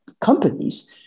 Companies